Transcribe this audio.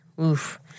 oof